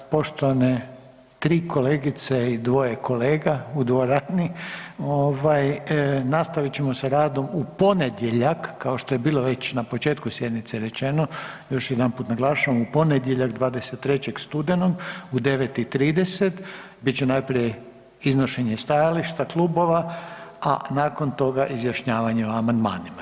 Poštovane 3 kolegice i 2 kolega u dvorani ovaj nastavit ćemo sa radom u ponedjeljak kao što je bilo već na početku sjednice rečeno, još jedanput naglašavam u ponedjeljak 23. studenog u 9 i 30, bit će najprije iznošenje stajališta klubova, a nakon toga izjašnjavanje o amandmanima.